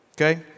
Okay